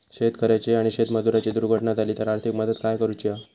शेतकऱ्याची आणि शेतमजुराची दुर्घटना झाली तर आर्थिक मदत काय करूची हा?